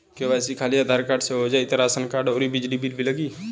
KYC खाली Aadhaar card से हो जाए कि राशन कार्ड अउर बिजली बिल भी लगी?